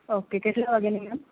okay કેટલા વાગ્યેની ma'am